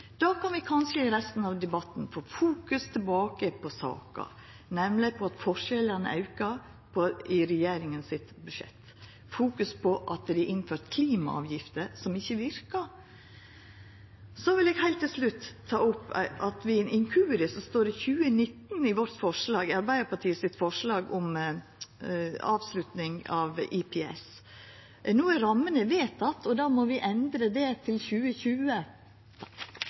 kan vi kanskje i resten av debatten få fokuset tilbake på saka, nemleg på at forskjellane aukar i regjeringa sitt budsjett, og at det er innført klimaavgifter som ikkje verkar. Så vil eg heilt til slutt nemna at ved ein inkurie står det 2019 i Arbeidarpartiet sitt forslag om avslutning av IPS, Individuell pensjonssparing. No er rammene vedtekne, og då må vi endra det til 2020.